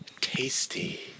Tasty